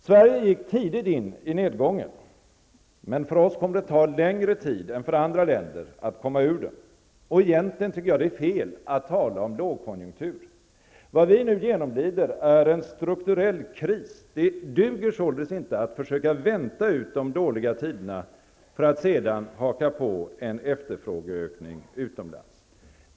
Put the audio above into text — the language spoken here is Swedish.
Sverige gick tidigt in i nedgången, men för oss kommer det att ta längre tid än för andra länder att komma ut ur den. Egentligen är det fel att tala om lågkonjunktur. Vad vi nu genomlider är en strukturell kris. Det duger således inte att försöka vänta ut de dåliga tiderna för att sedan haka på en efterfrågeökning utomlands.